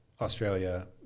Australia